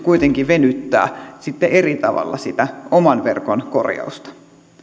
kuitenkin venyttää eri tavalla sitä oman verkon korjausta